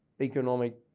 economic